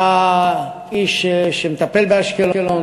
אתה איש שמטפל באשקלון,